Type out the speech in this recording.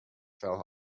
fell